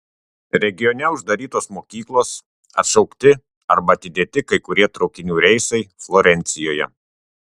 regione uždarytos mokyklos atšaukti arba atidėti kai kurie traukinių reisai florencijoje